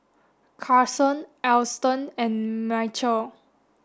Carson Alston and Michial